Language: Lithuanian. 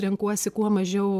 renkuosi kuo mažiau